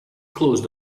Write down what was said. closed